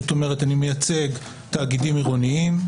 זאת אומרת שאני מייצג תאגידים עירוניים,